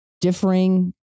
differing